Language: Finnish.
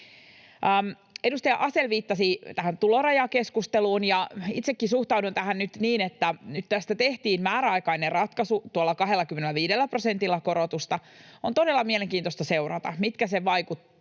Edustaja Asell viittasi tähän tulorajakeskusteluun. Itsekin suhtaudun tähän nyt näin: Nyt tästä tehtiin määräaikainen ratkaisu tuolla 25 prosentin korotuksella. On todella mielenkiintoista seurata, mitkä sen vaikuttavuudet